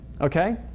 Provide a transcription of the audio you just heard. okay